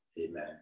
Amen